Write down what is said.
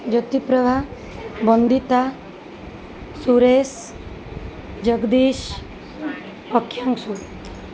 Jyotiprabha Bandita Suresh Jagadish Akshanshu